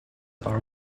are